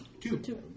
Two